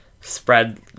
spread